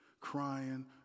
crying